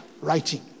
writing